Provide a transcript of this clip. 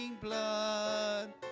blood